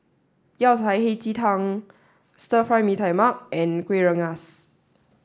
Yao Cai Hei Ji Tang Stir Fry Mee Tai Mak and Kueh Rengas